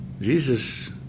Jesus